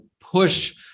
push